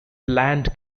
planned